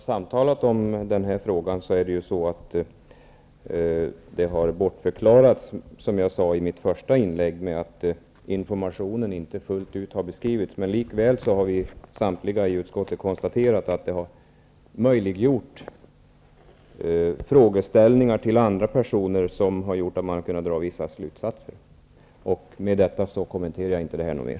Fru talman! När vi har samtalat om denna fråga har detta bortförklarats, som jag sade i mitt första inlägg, med att informationen inte har beskrivits fullt ut. Likväl har samtliga i utskottet konstaterat att det har möjliggjort frågeställningar till andra personer, vilket har gjort att man har kunnat dra vissa slutsatser. Därmed kommenterar jag inte detta något mer.